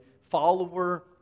follower